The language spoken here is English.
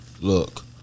Look